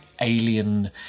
alien